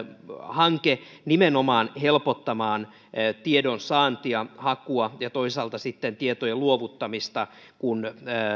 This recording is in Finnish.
hanke nimenomaan helpottamaan tiedonsaantia hakua ja toisaalta sitten tietojen luovuttamista kun